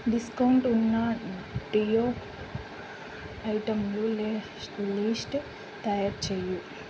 discount ఉన్న deo ఐటెంలు లే లిస్ట్ తయారుచేయు